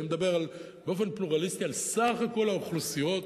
אני מדבר באופן פלורליסטי על סך כל האוכלוסיות